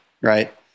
Right